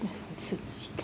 刺激感